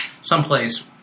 someplace